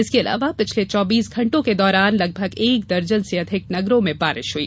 इसके अलावा पिछले चौबीस घंटों के दौरान लगभग एक दर्जन से अधिक नगरों में बारिश हुई